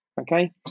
okay